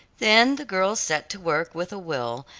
then the girls set to work with a will,